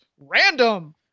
random